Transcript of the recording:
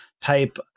type